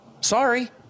Sorry